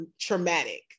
traumatic